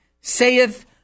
saith